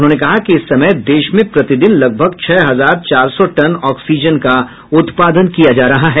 उन्होंने कहा कि इस समय देश में प्रतिदिन लगभग छह हजार चार सौ टन ऑक्सीजन का उत्पादन किया जा रहा है